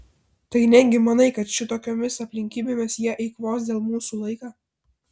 tai negi manai kad šitokiomis aplinkybėmis jie eikvos dėl mūsų laiką